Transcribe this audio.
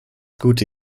gute